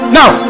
now